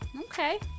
Okay